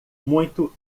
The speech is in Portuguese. muito